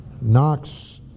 Knox